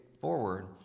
forward